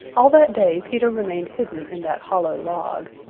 all that day peter remained hidden in that hollow log.